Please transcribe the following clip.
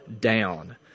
down